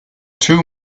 two